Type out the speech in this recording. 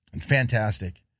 fantastic